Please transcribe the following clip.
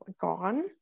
gone